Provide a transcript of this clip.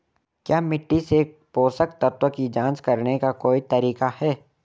क्या मिट्टी से पोषक तत्व की जांच करने का कोई तरीका है?